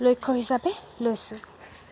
লক্ষ্য হিচাপে লৈছোঁ